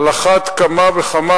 על אחת כמה וכמה